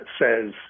says